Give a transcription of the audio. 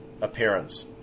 appearance